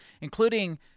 including